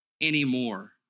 anymore